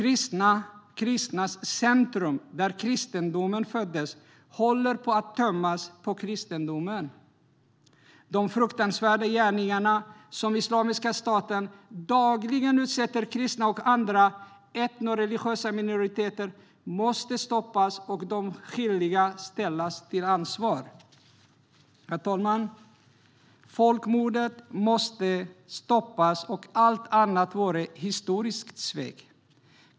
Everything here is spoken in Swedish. De kristnas centrum, där kristendomen föddes, håller på att tömmas på kristendom. De fruktansvärda gärningar som Islamiska staten dagligen utsätter kristna och andra etnoreligiösa minoriteter för måste stoppas, och de skyldiga måste ställas till ansvar. Herr talman! Folkmordet måste stoppas. Allt annat vore ett historiskt svek.